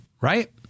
Right